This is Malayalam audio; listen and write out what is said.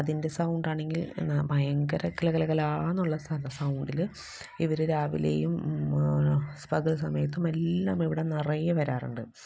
അതിൻ്റെ സൗണ്ട് ആണെങ്കിൽ എന്ന ഭയങ്കര കെല കെലാന്നുള്ള സൗണ്ടിൽ ഇവർ രാവിലെയും പകൽ സമയത്തും എല്ലാം ഇവിടെ നിറയെ വരാറുണ്ട്